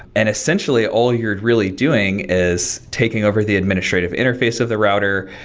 and essentially, all you're really doing is taking over the administrative interface of the router,